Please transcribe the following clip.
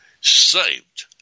saved